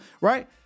right